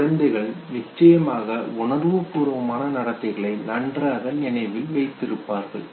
குழந்தைகள் நிச்சயமாக உணர்ச்சிபூர்வமான நடத்தைகளை நன்றாக நினைவில் வைத்திருப்பார்கள்